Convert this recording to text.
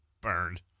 Burned